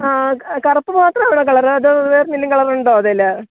ആ കറുപ്പ് മാത്രമേ ഉള്ളോ കളര് അതോ വേറെന്നേലും കളറുണ്ടോ അതേല്